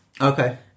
Okay